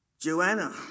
Joanna